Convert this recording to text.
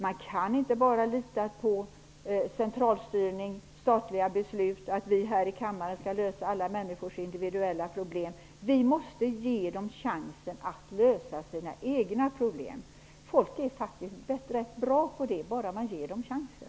Man kan inte lita på centralstyrning och statliga beslut och tro att vi här i kammaren skall lösa alla människors individuella problem. Vi måste ge människorna chansen att lösa sina egna problem. De är faktiskt bra på det bara vi ger dem chansen.